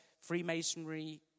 Freemasonry